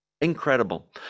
Incredible